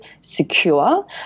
secure